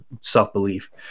self-belief